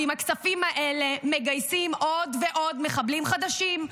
ועם הכספים האלה מגייסים עוד ועוד מחבלים חדשים.